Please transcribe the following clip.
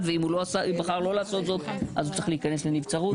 ואם הוא בחר לא לעשות זאת אז הוא צריך להיכנס לנבצרות ארוכה.